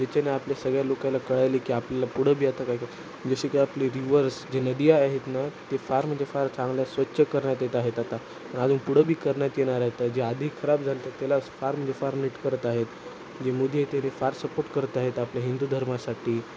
ज्याच्याने आपल्या सगळ्या लोकायला कळायले की आपल्याला पुढं बी आता काय का जसे की आपले रिवर्स जे नदी आहेत ना ते फार म्हणजे फार चांगल्या स्वच्छ करण्यात येत आहेत आता अजून पुढं बी करण्यात येणार आहेत जे आधी खराब झाला होतात त्याला फार म्हणजे फार नीट करत आहेत जे मोदी आहे ते ते फार सपोर्ट करत आहेत आपल्या हिंदू धर्मासाठी